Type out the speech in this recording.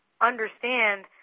understand